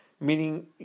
meaning